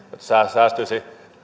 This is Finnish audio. että säästyisi